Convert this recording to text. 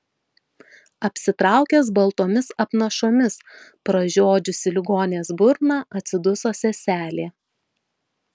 apsitraukęs baltomis apnašomis pražiodžiusi ligonės burną atsiduso seselė